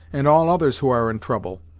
and all others who are in trouble,